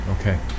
okay